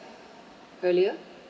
earlier